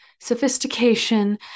sophistication